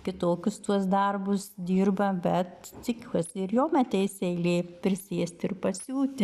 kitokius tuos darbus dirba bet tikiuosi ir jom ateis eilė prisėsti ir pasiūti